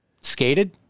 skated